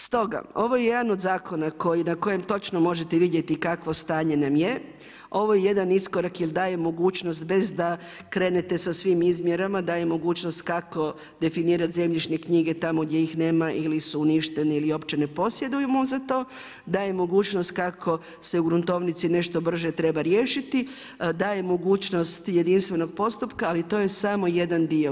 Stoga, ovo je jedan od zakona na kojem točno možete vidjeti kakvo stanje nam je, ovo je jedan iskorak jer daje mogućnost bez da krenete sa svim izmjerama, daje mogućnost kako definirati zemljišne knjige tamo gdje ih nema ili su uništene ili uopće ne posjedujemo za to, daje mogućnost kako se u gruntovnici nešto brže treba riješiti, daje mogućnost jedinstvenog postupka ali to je samo jedan dio.